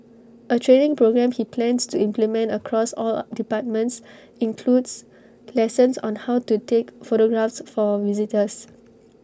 A training programme he plans to implement across all departments includes lessons on how to take photographs for visitors